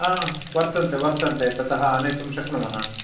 हा वर्तन्ते वर्तन्ते ततः आनेतुं शक्नुमः